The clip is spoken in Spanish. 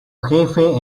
jefe